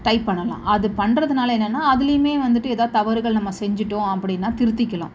type பண்ணலாம் அது பண்ணுறதுனால என்னென்னா அதுலேயுமே வந்துட்டு எதாது தவறுகள் நம்ம செஞ்சிவிட்டோம் அப்படின்னா திருத்திக்கலாம்